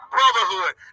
Brotherhood